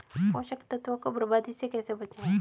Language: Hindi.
पोषक तत्वों को बर्बादी से कैसे बचाएं?